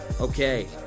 Okay